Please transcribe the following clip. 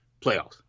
Playoffs